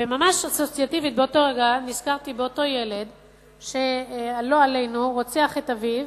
וממש אסוציאטיבית באותו רגע נזכרתי באותו ילד שלא עלינו רוצח את אביו,